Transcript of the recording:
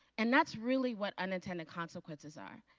and that's really what unintended consequences are.